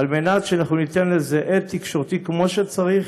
כדי שניתן לזה הד תקשורתי כמו שצריך,